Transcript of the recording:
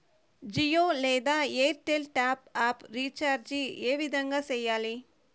జియో లేదా Airtel top up recharge ఏ విధంగా సేయాలి